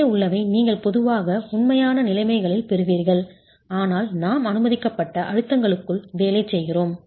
மேலே உள்ளவை நீங்கள் பொதுவாக உண்மையான நிலைமைகளில் பெறுவீர்கள் ஆனால் நாம் அனுமதிக்கப்பட்ட அழுத்தங்களுக்குள் வேலை செய்கிறோம்